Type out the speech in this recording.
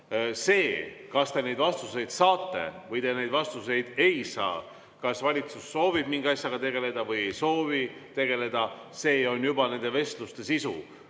Kas te neid vastuseid saate või te neid vastuseid ei saa, kas valitsus soovib mingi asjaga tegeleda või soovi tegeleda, on juba nende vestluste sisu,